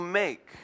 make